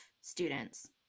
students